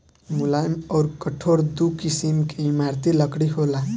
मुलायम अउर कठोर दू किसिम के इमारती लकड़ी होला